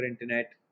internet